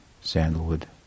sandalwood